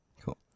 Cool